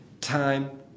time